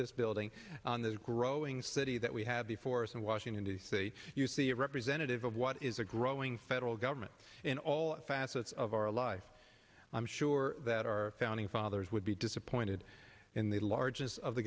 this building on this growing city that we have before us in washington d c you see a representative of what is a growing federal government in all facets of our life i'm sure that our founding fathers would be disappointed in the largess of the